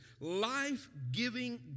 life-giving